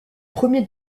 premier